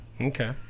Okay